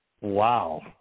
Wow